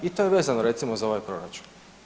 I to je vezano recimo za ovaj proračun.